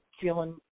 feeling